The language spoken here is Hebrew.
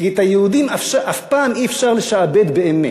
כי את היהודים אף פעם אי-אפשר לשעבד באמת,